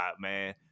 man